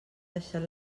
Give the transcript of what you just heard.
deixat